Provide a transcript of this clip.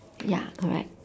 ya correct